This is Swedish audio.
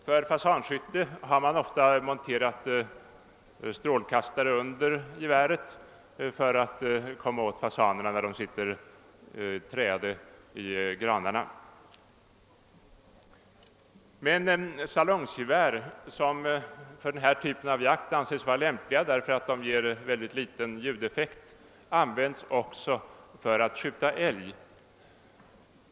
För fasanskytte har man ofta monterat strålkastare under geväret för att komma åt fasanerna när de sitter träade i granarna. Men salongsgevär, som för denna typ av jakt anses vara lämpliga därför att de ger mycket liten ljudeffekt, används också för att skjuta älg.